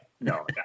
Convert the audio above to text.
no